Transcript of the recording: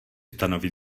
stanoví